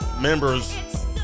members